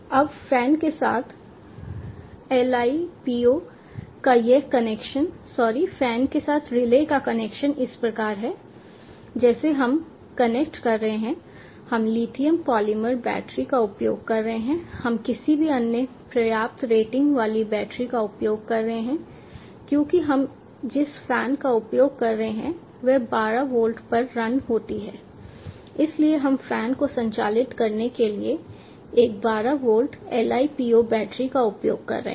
अब फैन के साथ Li po का यह कनेक्शन सॉरी फैन के साथ रिले का कनेक्शन इस प्रकार है जैसे हम कनेक्ट कर रहे हैं हम लिथियम पॉलीमर बैटरी का उपयोग कर रहे हैं हम किसी भी अन्य पर्याप्त रेटिंग वाली बैटरी का उपयोग कर सकते हैं क्योंकि हम जिस फैन का उपयोग कर रहे हैं वह 12 वोल्ट पर रन होती है इसलिए हम फैन को संचालित करने के लिए एक 12 वोल्ट Li po बैटरी का उपयोग कर रहे हैं